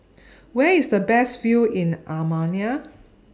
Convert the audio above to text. Where IS The Best View in Albania